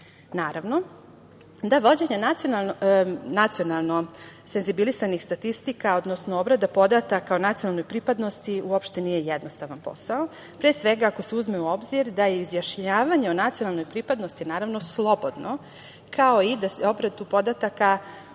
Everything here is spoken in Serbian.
službi. Naravno da vođenje nacionalno senzibilisanih statistika, odnosno obrada podataka o nacionalnoj pripadnosti uopšte nije jednostavan posao, pre svega ako se uzme u obzir da je izjašnjavanje o nacionalnoj pripadnosti naravno slobodno, kao i da se obrada podatka